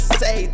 say